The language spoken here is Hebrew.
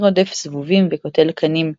מי רודף זבובים וקוטל קנים,